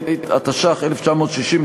התש"ך 1960,